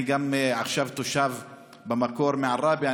אני במקור תושב עראבה,